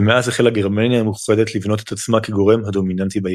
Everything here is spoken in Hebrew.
ומאז החלה גרמניה המאוחדת לבנות את עצמה כגורם הדומיננטי באיחוד.